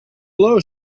blow